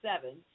seven